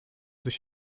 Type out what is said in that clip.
sich